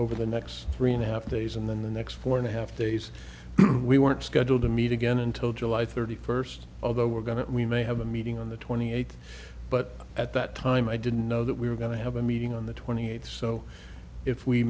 over the next three and a half days and then the next four and a half days we weren't scheduled to meet again until july thirty first although we're going to we may have a meeting on the twenty eighth but at that time i didn't know that we were going to have a meeting on the twenty eighth so if we